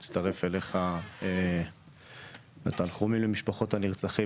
מצטרף אליך לתנחומים למשפחות הנרצחים